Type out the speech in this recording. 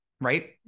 right